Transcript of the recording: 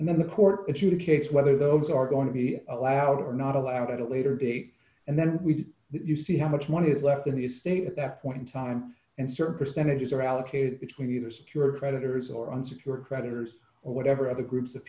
and then the port educates whether those are going to be allowed or not allowed at a later date and then we did you see how much money is left in the estate at that point in time and certain percentage is or allocated between either secured creditors or unsecured creditors or whatever other groups of